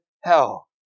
hell